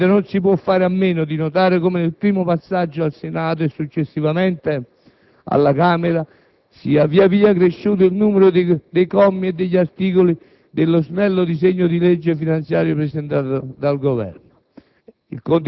Certamente non si può fare a meno di notare come nel primo passaggio al Senato e successivamente alla Camera sia via via cresciuto il numero dei commi e degli articoli dello snello disegno di legge finanziaria presentato dal Governo.